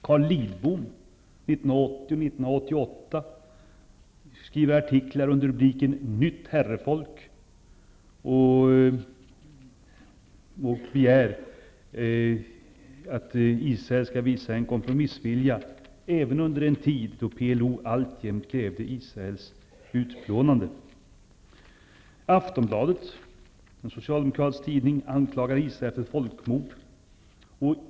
1980 och 1988 skrev Carl Lidbom artiklar under rubriken Nytt herrefolk och begärde där att Israel skulle visa kompromissvilja även under en tid då Den socialdemokratiska tidningen Aftonbladet anklagade Israel för folkmord.